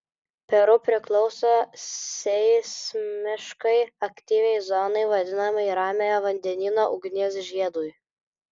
peru priklauso seismiškai aktyviai zonai vadinamai ramiojo vandenyno ugnies žiedui